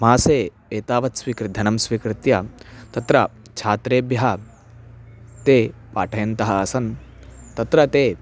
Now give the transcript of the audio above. मासे एतावत् स्वीकृ धनं स्वीकृत्य तत्र छात्रेभ्यः ते पाठयन्तः आसन् तत्र ते